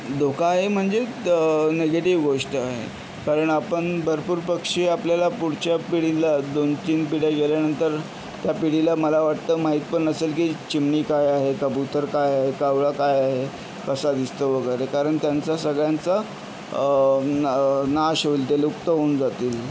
धोका आहे म्हणजे निगेटिव गोष्ट आहे कारण आपण भरपूर पक्षी आपल्याला पुढच्या पिढीला दोन तीन पिढ्या गेल्यानंतर त्या पिढीला मला वाटतं माहीत पण नसेल की चिमणी काय आहे कबुतर काय आहे कावळा काय आहे कसा दिसतो वगैरे कारण त्यांचा सगळ्यांचा नाश होईल ते लुप्त होऊन जातील